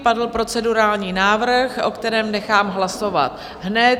Padl procedurální návrh, o kterém nechám hlasovat hned.